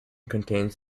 contains